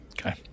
Okay